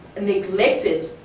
neglected